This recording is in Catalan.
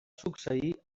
succeir